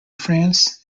france